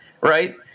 right